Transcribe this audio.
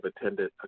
attended